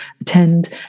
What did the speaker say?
attend